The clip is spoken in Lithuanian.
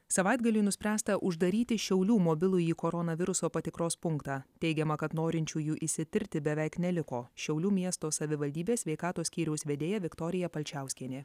savaitgalį nuspręsta uždaryti šiaulių mobilųjį koronaviruso patikros punktą teigiama kad norinčiųjų išsitirti beveik neliko šiaulių miesto savivaldybės sveikatos skyriaus vedėja viktorija palčiauskienė